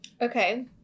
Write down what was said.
Okay